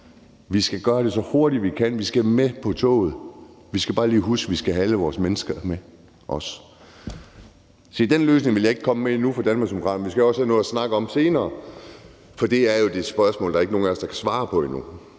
Vi skal gøre det så hurtigt, vi kan. Vi skal med på toget. Vi skal bare lige huske, at vi også skal have alle med. Den løsning vil jeg ikke komme med endnu fra Danmarksdemokraternes side. Vi skal også have noget at snakke om senere, for det er jo det spørgsmål, ingen af os endnu kan svare på,